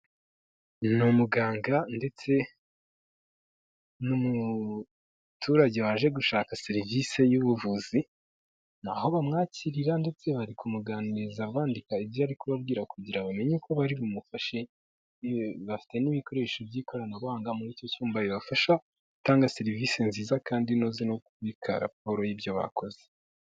Ni umuganga ndetse n'umuturage waje gushaka serivisi y'ubuvuzi, aho bamwakirira ndetse bari kumuganiriza bandika ibyo ari kubabwira kugira bamenye uko bari bumufashe, bafite n'ibikoresho by'ikoranabuhanga muri icyo cyumba bibafasha gutanga serivisi nziza kandi inoze no kubika raporo y'ibyo bakoze.